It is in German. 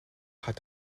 hat